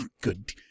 Good